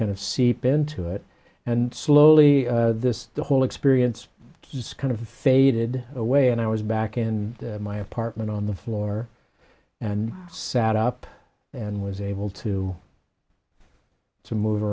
kind of seep into it and slowly this the whole experience has kind of faded away and i was back in my apartment on the floor and sat up and was able to to move